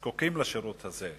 זקוקים לשירות הזה,